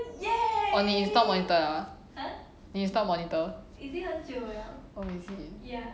oh 你 install monitor 了 ah 你 install monitor oh is it